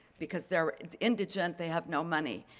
because they're indigent, they have no money.